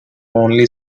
only